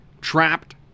trapped